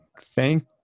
thank